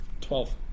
Twelve